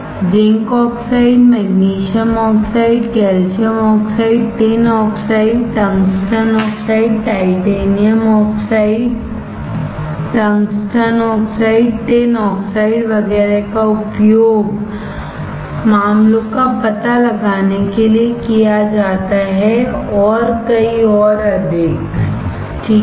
zinc oxide magnesium oxide calcium oxide tin oxide tungsten oxide titanium dioxide tungsten oxide tin oxide वगैरह का उपयोग मामलों का पता लगाने के लिए किया जाता है और कई और अधिक ठीक है